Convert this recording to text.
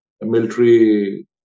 military